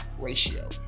ratio